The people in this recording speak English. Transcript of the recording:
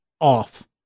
off